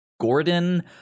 Gordon